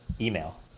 email